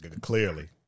Clearly